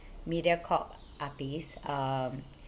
Mediacorp artist um